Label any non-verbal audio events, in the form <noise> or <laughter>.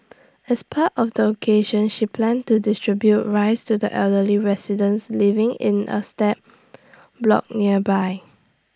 as part of the occasion she planned to distribute rice to the elderly residents living in A slab <noise> block nearby